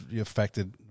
affected